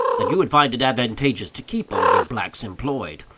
that you would find it advantageous to keep all your blacks employed,